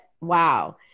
Wow